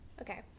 okay